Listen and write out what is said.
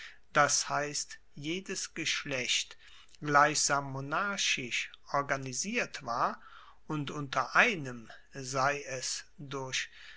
das heisst jedes geschlecht gleichsam monarchisch organisiert war und unter einem sei es durch